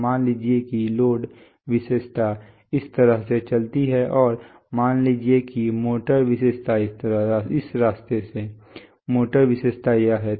तो मान लीजिए कि लोड विशेषता इस तरह से चलती है और मान लीजिए कि मोटर विशेषता इस रास्ते से है मोटर विशेषता यह है